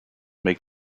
make